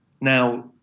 Now